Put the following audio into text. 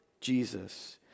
Jesus